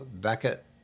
Beckett